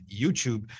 YouTube